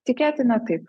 tikėtina taip